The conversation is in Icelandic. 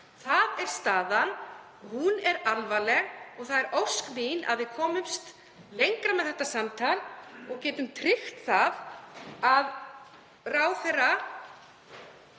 Það er staðan og hún er alvarleg. Það er ósk mín að við komumst lengra með þetta samtal og getum tryggt það að ráðherra